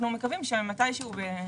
אנחנו מקווים שמתישהו זה יתאפשר.